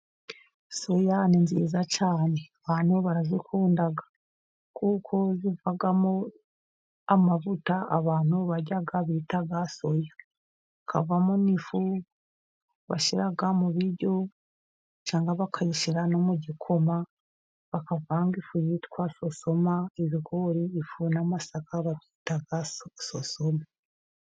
Soya ni nziza cyane abantu barayikunda kuko ivamo amavuta abantu barya bita soya. Hakavamo n'ifu bashyira mu biryo cyangwa bakayishyira no mu gikoma bakavanga ifu yitwa sosoma. Ibigori ifu n'amasaka babyita sasoma.